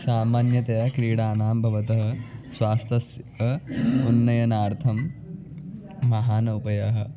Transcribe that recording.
सामान्यतया क्रीडानां भवतः स्वास्थ्यस्य अपि उन्नयनार्थं महान् उपयः